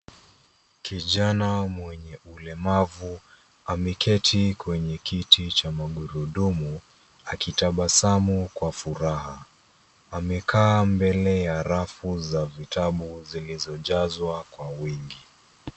Kijana mwenye ulemavu ameketi kwenye kiti cha magurudumu akitabasamu kwa furaha. Amekaa mbele ya rafu za vitabu zilizojazwa kwa wingi.